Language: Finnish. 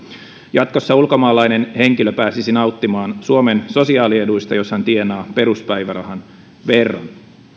jatkossa ulkomaalainen henkilö pääsisi nauttimaan suomen sosiaalieduista jos hän tienaa peruspäivärahan verran